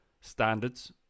standards